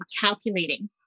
calculating